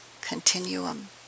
continuum